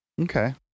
Okay